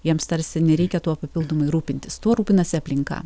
jiems tarsi nereikia tuo papildomai rūpintis tuo rūpinasi aplinka